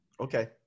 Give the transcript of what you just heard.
Okay